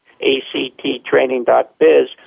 acttraining.biz